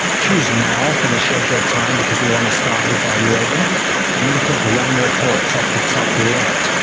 choose now for the scheduled time, because we want to start evaluating and then click run report at the top left.